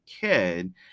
kid